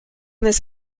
this